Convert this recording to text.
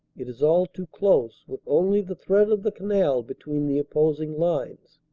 it is all too close with only the thread of the canal between the oppos ing lines.